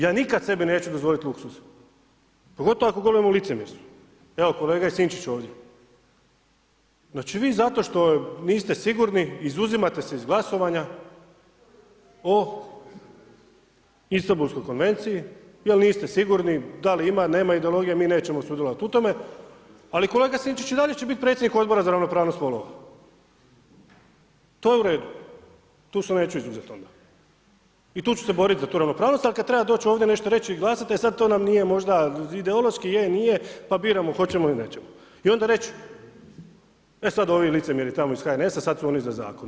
Ja nikad sebi neću dozvolit luksuz, pogotovo ako govorimo o licemjerstvu, evo kolega Sinčić je ovdje, znači vi zato što niste sigurni izuzimate se iz glasovanja o Istanbulskoj konvenciji, jer niste sigurni da li ima, nema ideologije, mi nećemo sudjelovati u tome, ali kolega Sinčić i dalje će bit predsjednik Odbora za ravnopravnost spolova, to je u redu, tu se neću izuzet onda i tu ću se borit za tu ravnopravnost, ali kad treba doć ovdje nešto reć i glasat, e sad to nam nije možda ideološki, je, nije, pa biramo hoćemo ili nećemo i onda reć e sad ovi licemjeri tamo iz HNS-a sad su oni za zakon.